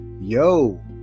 yo